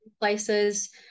places